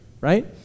right